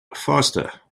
faster